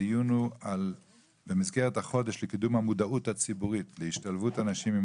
דיון מיוחד: החודש לקידום המודעות הציבורית להשתלבות אנשים עם